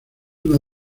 una